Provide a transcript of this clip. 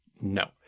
no